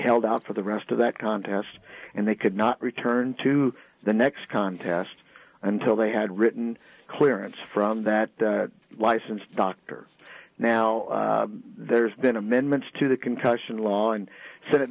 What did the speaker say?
held out for the rest of that contest and they could not return to the next contest until they had written clearance from that license dr now there's been amendments to the concussion law and sen